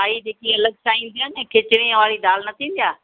साई जेकी अलॻि सां ईंदी आहे न खिचड़ी वारी दाल न थींदी आहे